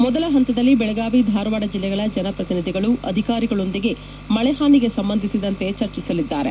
ಮೊದಲ ಪಂತದಲ್ಲಿ ಬೆಳಗಾವಿ ಧಾರವಾಡ ಜಿಲ್ಲೆಗಳ ಜನಪ್ರತಿನಿಧಿಗಳು ಅಧಿಕಾರಿಗಳೊಂದಿಗೆ ಮಳೆಹಾನಿಗೆ ಸಂಬಂಧಿಸಿದಂತೆ ಚರ್ಚಿಸಲಿದ್ದಾರೆ